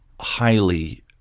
highly